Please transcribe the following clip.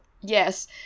yes